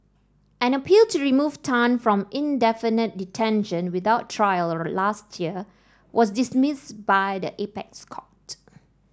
an appeal to remove Tan from indefinite detention without trial last year was dismissed by the apex court